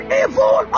evil